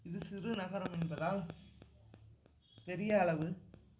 இது சிறு நகரம் என்பதால் பெரிய அளவு